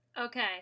okay